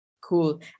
Cool